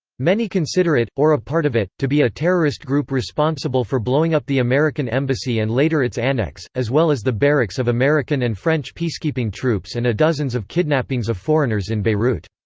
many consider it, or a part of it, to be a terrorist group responsible for blowing up the american embassy and later its annex, as well as the barracks of american and french peacekeeping troops and a dozens of kidnappings of foreigners in beirut.